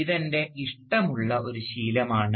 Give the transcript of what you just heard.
ഇതെൻറെ ഇഷ്ടമുള്ള ഒരു ശീലമാണ്